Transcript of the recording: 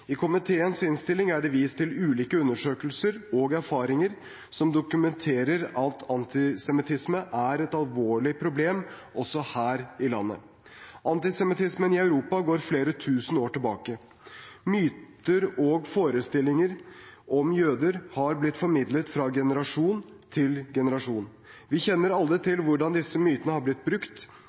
I komiteens innstilling er det vist til ulike undersøkelser – og erfaringer – som dokumenterer at antisemittisme er et alvorlig problem, også her i landet. Antisemittismen i Europa går flere tusen år tilbake. Myter og forestillinger om jødene har blitt formidlet fra generasjon til generasjon. Vi kjenner alle til hvordan disse mytene har blitt brukt